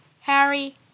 Harry